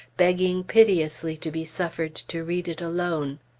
begging piteously to be suffered to read it alone.